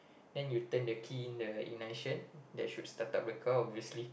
then you turn the key in the ignition that should start up the car obviously